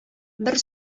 бер